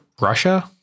Russia